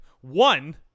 one